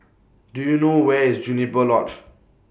Do YOU know Where IS Juniper Lodge